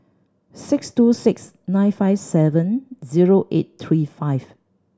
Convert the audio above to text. six two six nine five seven zero eight three five